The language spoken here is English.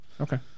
Okay